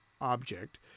object